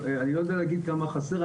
אני לא יודע להגיד כמה חסר,